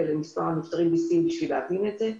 למספר הנפטרים בסין כדי להבין את זה.